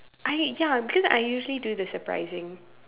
I ya because I usually do the surprising